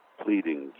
pleading